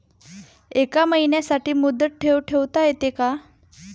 एका महिन्यासाठी मुदत ठेव ठेवता येते का?